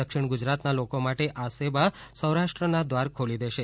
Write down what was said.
દક્ષિણ ગુજરાતના લોકો માટે આ સેવા સૌરાષ્ટ્રના દ્વાર ખોલી દેશે